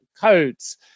codes